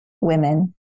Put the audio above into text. women